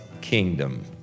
kingdom